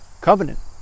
Covenant